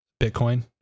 Bitcoin